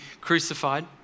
crucified